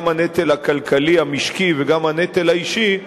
גם הנטל הכלכלי המשקי וגם הנטל האישי,